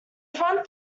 front